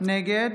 נגד